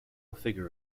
figure